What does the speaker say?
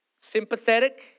sympathetic